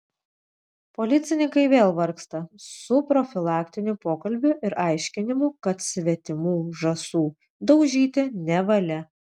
policininkai vėl vargsta su profilaktiniu pokalbiu ir aiškinimu kad svetimų žąsų daužyti nevalia